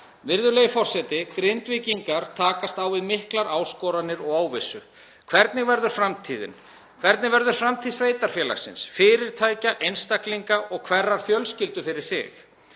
Virðulegi forseti. Grindvíkingar takast á við miklar áskoranir og óvissu. Hvernig verður framtíðin? Hvernig verður framtíð sveitarfélagsins, fyrirtækja, einstaklinga og hverrar fjölskyldu fyrir sig?